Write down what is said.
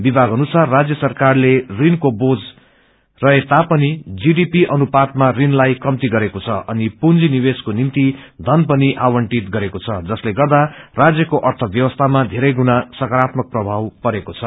विमाग अनुसार राज्य सरकारले ऋणको बोझ रहे तापनि जीडिपी अनुपातमा ऋणलाई कम्ती गरेको छ अनि पूंजी निवेशको निम्ति धन पनि आवण्टित गरेको छ जसले गर्दा राज्यको अर्थ व्यवस्थामा धेरै गुणा सकारात्मक प्रभाव परेको छ